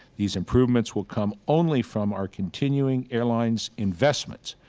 these improvements will come only from our continuing airlines' investments.